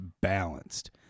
balanced